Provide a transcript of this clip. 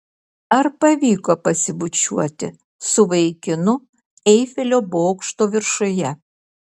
ar pavyko pasibučiuoti su vaikinu eifelio bokšto viršuje